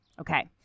Okay